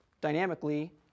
dynamically